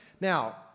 now